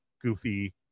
Goofy